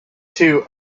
two